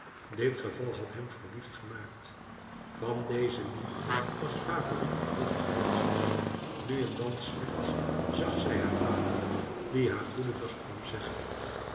dit geval had hem verliefd gemaakt van deze liefde was favourite de vrucht geweest nu en dan slechts zag zij haar vader die haar goedendag kwam zeggen